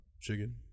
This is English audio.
Chicken